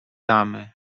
damy